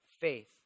faith